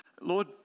Lord